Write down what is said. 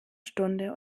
stunde